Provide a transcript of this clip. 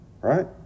right